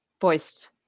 voiced